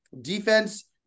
defense